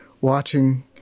watching